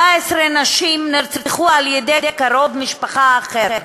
14 נשים נרצחו על-ידי קרוב משפחה אחר,